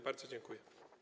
Bardzo dziękuję.